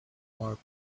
more